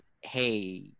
hey